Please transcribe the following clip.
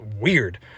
weird